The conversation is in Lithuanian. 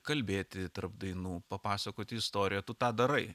kalbėti tarp dainų papasakoti istoriją tu tą darai